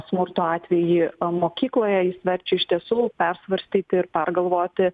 smurto atvejį mokykloje jis verčia iš tiesų persvarstyti ir pergalvoti